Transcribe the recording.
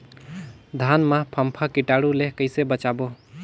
धान मां फम्फा कीटाणु ले कइसे बचाबो?